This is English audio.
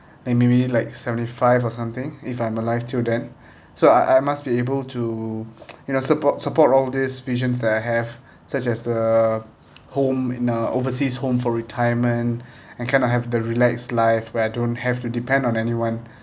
then maybe like seventy five or something if I'm alive till then so I I must be able to support support all these visions that I have such as the home in a overseas home for retirement I kind of have the relaxed life where I don't have to depend on anyone